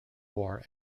war